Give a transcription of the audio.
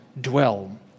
dwell